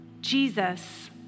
Jesus